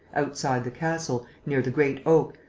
outside the castle, near the great oak,